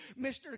Mr